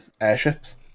airships